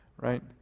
Right